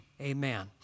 Amen